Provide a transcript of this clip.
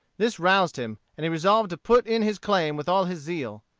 this roused him, and he resolved to put in his claim with all his zeal.